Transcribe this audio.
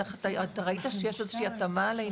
אתה ראית שיש איזושהי התאמה לעניין?